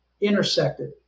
intersected